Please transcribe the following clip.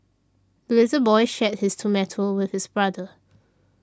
the little boy shared his tomato with his brother